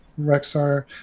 Rexar